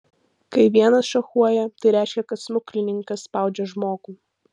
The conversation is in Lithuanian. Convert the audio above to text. kai vienas šachuoja tai reiškia kad smuklininkas spaudžia žmogų